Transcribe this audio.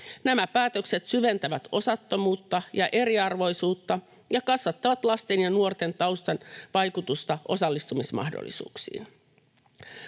Nämä päätökset syventävät osattomuutta ja eriarvoisuutta ja kasvattavat lasten ja nuorten taustan vaikutusta osallistumismahdollisuuksiin.